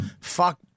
Fuck